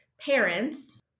parents